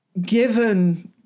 given